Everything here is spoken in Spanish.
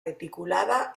reticulada